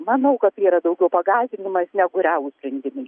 manau kad tai yra daugiau pagąsdinimas negu realūs sprendimai